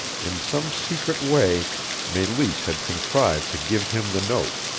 in some secret way meleese had contrived to give him the note,